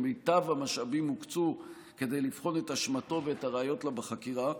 ומיטב המשאבים הוקצו כדי לבחון את אשמתו ואת הראיות לה בחקירה.